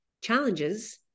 challenges